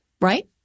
right